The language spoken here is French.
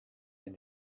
est